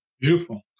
Beautiful